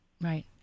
right